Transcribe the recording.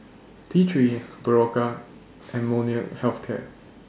T three Berocca and Molnylcke Health Care